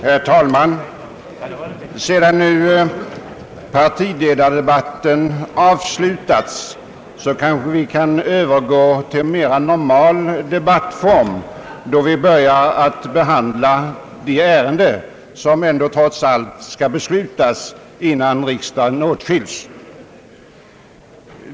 Herr talman! Sedan nu partiledardebatten avslutats kanske vi kan övergå till en mera normal debattform då vi börjar att behandla de ärenden som trots allt skall behandlas innan riksdagen åtskils.